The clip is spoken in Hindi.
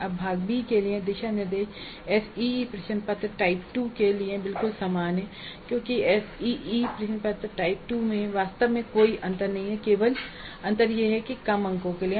अब भाग बी के लिए दिशानिर्देश एसईई प्रश्न पत्र टाइप 2 के लिए बिल्कुल समान हैं क्योंकि एसईई प्रश्न पत्र टाइप 2 से वास्तव में कोई अंतर नहीं है केवल अंतर यह है कि यह कम अंकों के लिए है